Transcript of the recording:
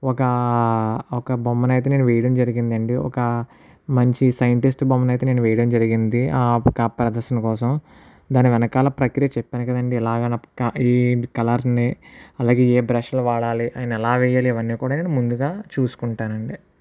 ఒక ఒక బొమ్మను అయితే నేను వేయడం జరిగిందండి ఒక మంచి సైంటిస్ట్ బొమ్మను అయితే నేను వేయడం జరిగింది ఒక ప్రదర్శన కోసం దాని వెనకాల ప్రక్రియ చెప్పాను కదండి ఇలాగని ఈ కలర్ ని అలాగే ఏ బ్రష్లు వాడాలి అయినా ఎలా వేయాలి ఇవన్నీ నేను ముందుగా చూసుకుంటాను అండి